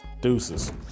Deuces